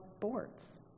boards